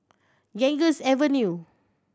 Ganges Avenue